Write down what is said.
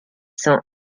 cents